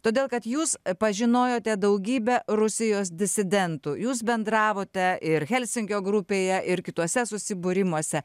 todėl kad jūs pažinojote daugybę rusijos disidentų jūs bendravote ir helsinkio grupėje ir kituose susibūrimuose